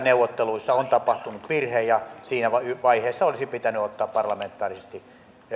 neuvotteluissa on tapahtunut virhe ja siinä vaiheessa olisi pitänyt ottaa parlamentaarisesti